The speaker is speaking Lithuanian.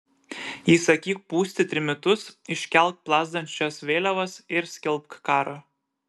įsakyk pūsti trimitus iškelk plazdančias vėliavas ir skelbk karą